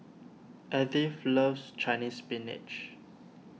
Edythe loves Chinese Spinach